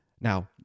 now